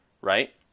Right